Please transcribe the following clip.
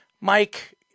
Mike